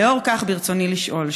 לנוכח זה ברצוני לשאול,